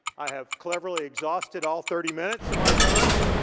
i have cleverly exhausted all thirty minutes of my time,